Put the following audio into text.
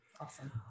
Awesome